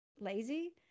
lazy